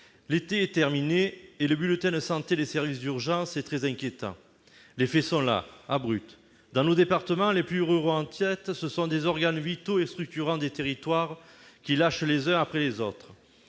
L'été est terminé et le bulletin de santé des services d'urgence est très inquiétant. Les faits sont là, abrupts. Dans nos départements, les plus ruraux en tête, ce sont des organes vitaux et structurants des territoires qui lâchent les uns après les autres.